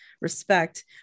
respect